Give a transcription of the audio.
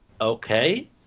okay